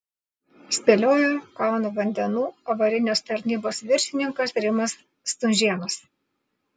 spėliojo kauno vandenų avarinės tarnybos viršininkas rimas stunžėnas